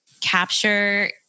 capture